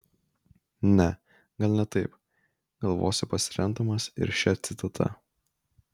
ne gal ne taip galvosiu pasiremdamas ir šia citata